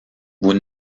vous